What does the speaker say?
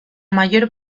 mayor